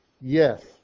Yes